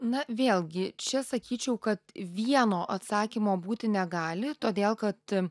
na vėlgi čia sakyčiau kad vieno atsakymo būti negali todėl kad